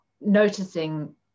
noticing